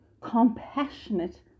compassionate